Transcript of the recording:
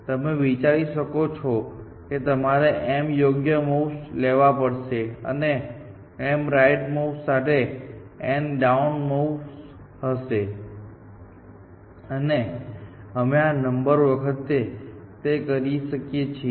તમે વિચારી શકો છો કે તમારે m યોગ્ય મૂવ્સ લેવા પડશે અને m રાઇટ મૂવ્સ સાથે n ડાઉન મૂવ્સ હશે અને અમે આ નંબર વખતે તે કરી શકીએ છીએ